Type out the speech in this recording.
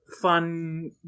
fun